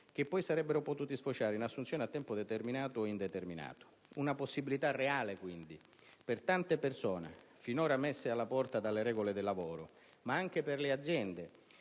che poi sarebbero potuti sfociare in assunzioni a tempo determinato o indeterminato. Una possibilità reale, quindi, per tante persone finora messe alla porta dalle regole del lavoro, ma anche per le aziende,